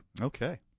Okay